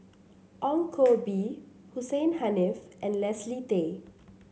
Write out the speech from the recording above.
Ong Koh Bee Hussein Haniff and Leslie Tay